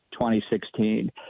2016